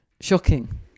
shocking